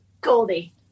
Goldie